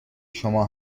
شما